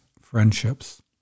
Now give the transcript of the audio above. friendships